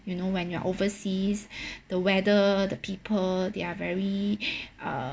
you know when you're overseas the weather the people they're very uh